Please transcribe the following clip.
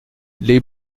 les